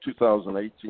2018